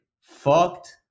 fucked